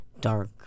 dark